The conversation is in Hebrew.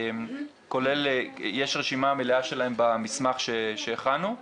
יש רשימה מלאה שלהם במסמך שהכנו,